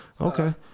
Okay